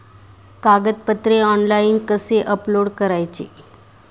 कागदपत्रे ऑनलाइन कसे अपलोड करायचे?